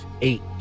eight